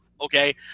Okay